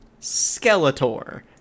Skeletor